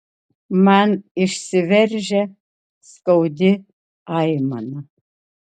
man išsiveržia skaudi aimana